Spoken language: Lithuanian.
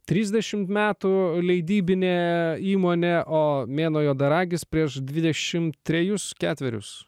trisdešimt metų leidybinė įmonė o mėnuo juodaragis prieš dvidešimt trejus ketverius